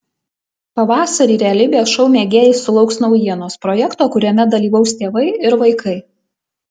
pavasarį realybės šou mėgėjai sulauks naujienos projekto kuriame dalyvaus tėvai ir vaikai